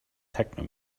techno